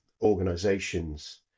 organizations